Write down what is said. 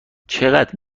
چقدر